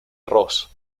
ross